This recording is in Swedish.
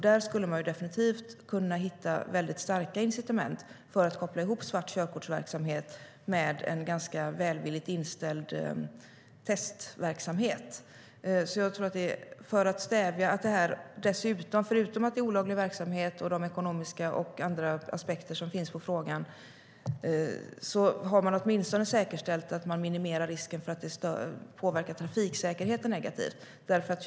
Där skulle man definitivt kunna hitta starka incitament för att koppla ihop svart körkortsverksamhet med en ganska välvilligt inställd testverksamhet. Förutom att det är olaglig verksamhet och de ekonomiska och andra aspekter som finns på frågan har man åtminstone säkerställt att man minimerar risken för att trafiksäkerheten ska påverkas negativt.